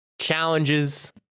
challenges